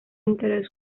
interès